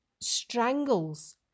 strangles